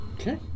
Okay